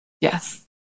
Yes